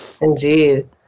Indeed